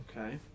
Okay